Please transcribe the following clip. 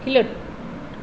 ᱠᱷᱮᱞᱳᱰ